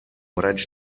raig